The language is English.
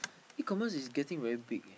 E-commerce is getting very big eh